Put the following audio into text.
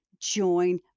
join